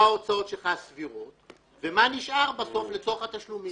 מה ההוצאות הסבירות שלך ומה נשאר בסוף לצורך התשלומים.